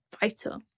vital